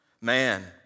Man